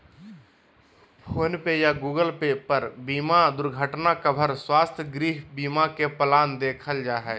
phone पे या Google pay पर बीमा दुर्घटना कवर, स्वास्थ्य, गृह बीमा के प्लान देखल जा हय